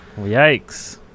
Yikes